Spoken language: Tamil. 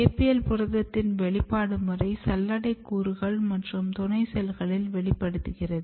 APL புரதத்தின் வெளிப்பாடு முறை சல்லடை கூறுகள் மற்றும் துணை செல்களில் வெளிப்படுகிறது